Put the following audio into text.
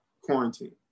quarantine